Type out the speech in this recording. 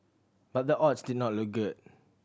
but the odds did not look good